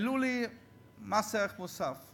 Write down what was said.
העלו לי את מס ערך מוסף.